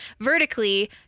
vertically